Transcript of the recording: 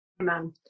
Amen